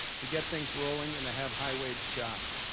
to get things rolling and to have high-wage jobs.